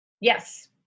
Yes